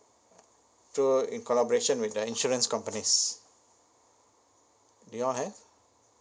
through in collaboration with the insurance companies do you all have